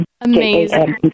Amazing